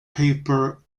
paper